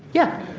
yeah.